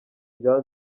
rya